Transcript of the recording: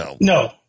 No